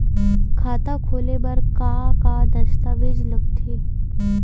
खाता खोले बर का का दस्तावेज लगथे?